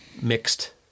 mixed